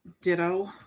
Ditto